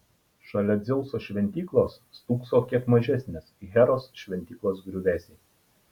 šalia dzeuso šventyklos stūkso kiek mažesnės heros šventyklos griuvėsiai